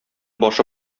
башы